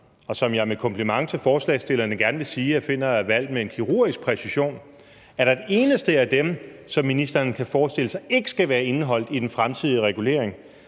og som jeg med en kompliment til forslagsstillerne gerne vil sige at jeg finder er valgt med kirurgisk præcision, som ministeren kan forestille sig ikke skal være indeholdt i den fremtidige regulering